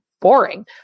boring